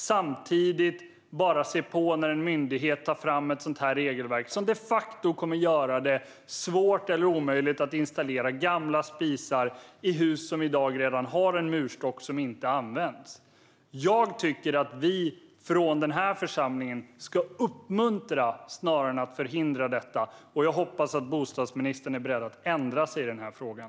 Samtidigt ser man bara på när en myndighet tar fram ett sådant här regelverk, som de facto kommer att göra det svårt eller omöjligt att installera gamla spisar i hus som i dag redan har en murstock som inte används. Jag tycker att vi i denna församling ska uppmuntra snarare än förhindra detta, och jag hoppas att bostadsministern är beredd att ändra sig i den här frågan.